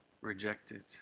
rejected